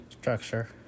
structure